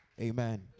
Amen